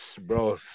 Bro